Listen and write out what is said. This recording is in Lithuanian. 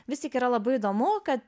vis tik yra labai įdomu kad